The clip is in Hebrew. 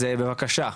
בבקשה סמדר.